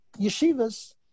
yeshivas